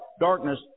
darkness